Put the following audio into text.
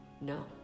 no